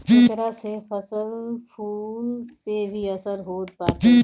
एकरा से फसल कुल पे भी असर होत बाटे